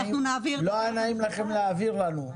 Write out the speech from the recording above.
לא היה נעים לכם להעביר לנו,